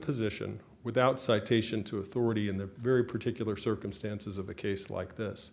position without citation to authority in the very particular circumstances of a case like this